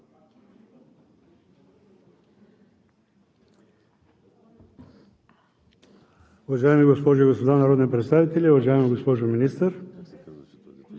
Уважаеми госпожи и господа народни представители, уважаема госпожо Министър!